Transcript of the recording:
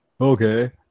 okay